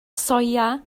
soia